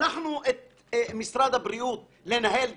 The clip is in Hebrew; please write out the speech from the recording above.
שלחנו את משרד הבריאות לנהל דיון.